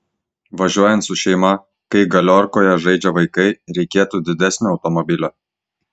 važiuojant su šeima kai galiorkoje žaidžia vaikai reikėtų didesnio automobilio